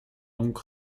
donc